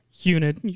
unit